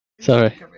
Sorry